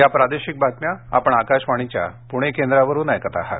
या प्रादेशिक बातम्या आपण आकाशवाणीच्या पुणे केंद्रावरुन ऐकत आहात